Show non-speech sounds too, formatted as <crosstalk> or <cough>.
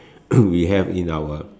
<coughs> we have in our